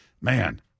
man